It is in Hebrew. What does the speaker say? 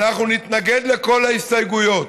אנחנו נתנגד לכל ההסתייגויות,